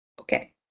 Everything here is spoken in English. Okay